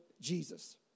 Jesus